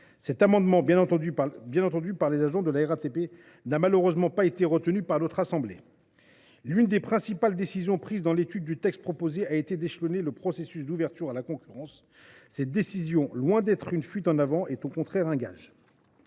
Cet amendement, bien qu’attendu par les agents de la RATP, n’a malheureusement pas été retenu par notre assemblée. L’une des principales décisions prises dans le cadre de l’examen du texte a été l’échelonnement du processus d’ouverture à la concurrence. Cette décision, loin d’être une fuite en avant, est au contraire un gage